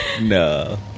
No